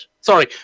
Sorry